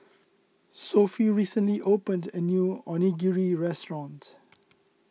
Sophie recently opened a new Onigiri restaurant